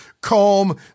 Calm